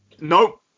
Nope